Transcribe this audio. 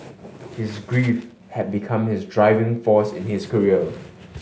his grief had become his driving force in his career